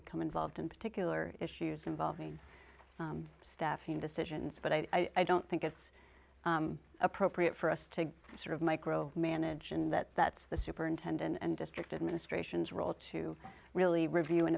become involved in particular issues involving staffing decisions but i don't think it's appropriate for us to sort of micro manage in that that's the superintendent and district administration's role to really review and